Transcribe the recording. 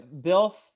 Bill